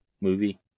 movie